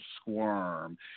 squirm